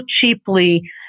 cheaply